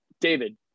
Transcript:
David